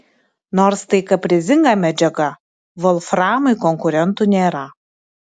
nors tai kaprizinga medžiaga volframui konkurentų nėra